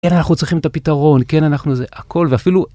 כן אנחנו צריכים את הפתרון, כן אנחנו זה הכל ואפילו.